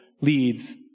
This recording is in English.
leads